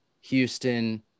Houston